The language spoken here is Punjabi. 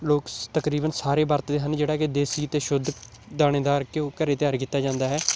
ਲੋਕ ਸ ਤਕਰੀਬਨ ਸਾਰੇ ਵਰਤਦੇ ਹਨ ਜਿਹੜਾ ਕਿ ਦੇਸੀ ਅਤੇ ਸ਼ੁੱਧ ਦਾਣੇਦਾਰ ਘਿਓ ਘਰ ਤਿਆਰ ਕੀਤਾ ਜਾਂਦਾ ਹੈ